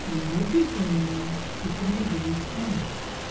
यूरोपीय संघ में कितने देश हैं